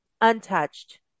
untouched